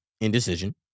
Indecision